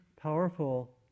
powerful